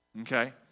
okay